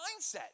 mindset